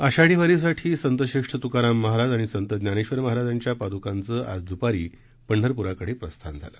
आषाढी वारीसाठी संतश्रेष्ठ त्काराम महाराज आणि संत ज्ञानेश्वर महाराजांच्या पाद्कांचं आज द्पारी पंढरप्राकडे प्रस्थान झालं